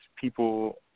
people